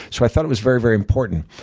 so i thought it was very, very important.